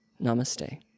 Namaste